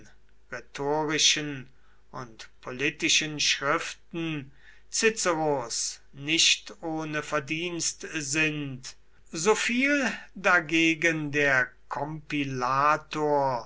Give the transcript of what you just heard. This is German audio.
rhetorischen und politischen schriften ciceros nicht ohne verdienst sind so fiel dagegen der kompilator